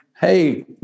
hey